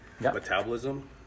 metabolism